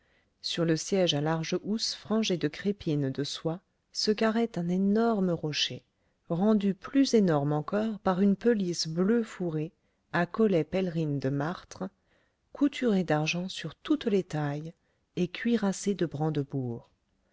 sur le siège à large housse frangée de crépines de soie se carrait un énorme cocher rendu plus énorme encore par une pelisse bleue fourrée à collet pèlerine de martre couturée d'argent sur toutes les tailles et cuirassée de brandebourgs